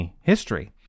history